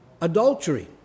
adultery